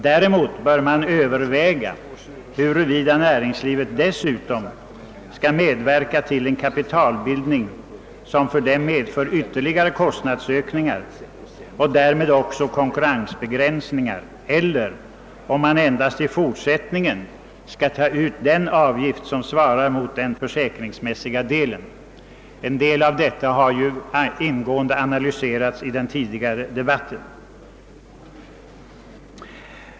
Däremot kan man ifrågasätta huruvida näringslivet dessutom skall medverka till en kapitalbildning som medför ytterligare 'kostnadsökningar och därmed konkurrensbegränsningar, eller om det i fortsättningen endast skall tas ut den avgift som svarar mot den försäkringsmässiga delen. Detta problem har ju delvis ingående analyserats i den tidigare debatten.